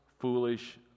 foolish